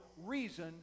reason